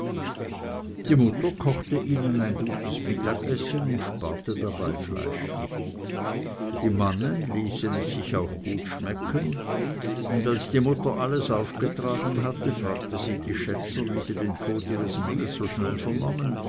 die mutter kochete ihnen ein gutes mittagessen und sparte dabei fleisch nicht die mannen ließen es sich auch gut schmecken und als die mutter alles aufgetragen hatte fragte sie die schätzer wie sie den tod ihres mannes so schnell vernommen